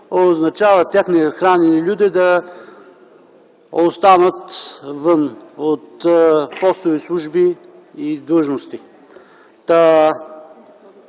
означава техните хранени люде да останат вън от постове, служби и длъжности.